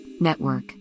network